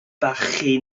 barchu